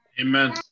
Amen